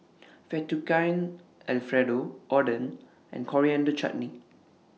Fettuccine Alfredo Oden and Coriander Chutney